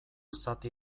zati